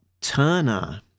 Turner